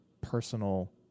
personal